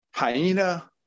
Hyena